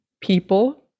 people